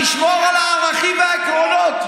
תשמור על הערכים ועל העקרונות.